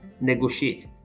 negotiate